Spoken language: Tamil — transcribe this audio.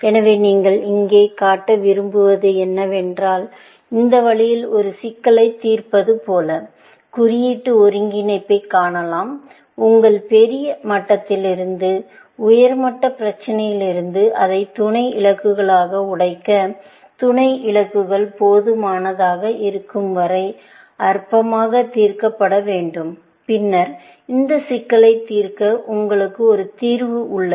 எனவே நீங்கள் இங்கே காட்ட விரும்புவது என்னவென்றால் இந்த வழியில் ஒரு சிக்கலைத் தீர்ப்பது போல குறியீட்டு ஒருங்கிணைப்பைக் காணலாம் உங்கள் பெரிய மட்டத்திலிருந்து உயர்மட்ட பிரச்சனையிலிருந்து அதை துணை இலக்குகளாக உடைக்க துணை இலக்குகள் போதுமானதாக இருக்கும் வரை அற்பமாக தீர்க்கப்பட வேண்டும் பின்னர் இந்த சிக்கலை தீர்க்க உங்களுக்கு ஒரு தீர்வு உள்ளது